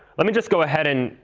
let me just go ahead and,